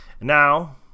Now